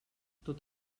tot